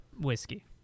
whiskey